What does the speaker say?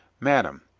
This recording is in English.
madame,